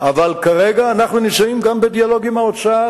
אבל כרגע אנחנו נמצאים גם בדיאלוג עם האוצר,